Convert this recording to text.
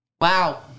Wow